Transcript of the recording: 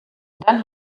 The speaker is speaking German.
dann